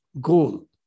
goal